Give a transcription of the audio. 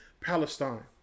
Palestine